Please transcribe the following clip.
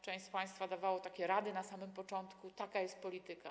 Część z państwa dawało takie rady na samym początku: taka jest polityka.